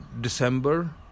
December